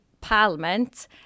Parliament